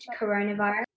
coronavirus